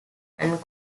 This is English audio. and